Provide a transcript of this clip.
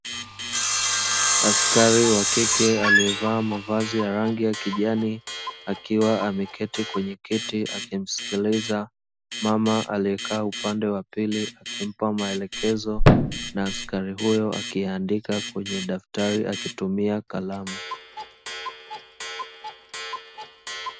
Askari wa kike aliyevaa mavazi ya rangi ya kijani, akiwa ameketi kwenye kiti akimsikiliza mama aliyekaa upande wa pili akimpa maelekezo na askari huyo akiyandika kwenye daftari akitumia kalamu.